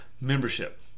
membership